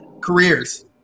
careers